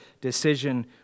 decision